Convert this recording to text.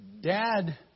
Dad